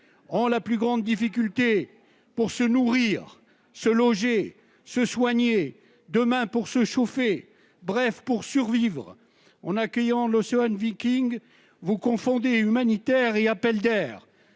ont la plus grande difficulté pour se nourrir, se loger, se soigner, et en auront demain pour se chauffer- bref, pour survivre. En accueillant l', vous confondez humanitaire et appel d'air.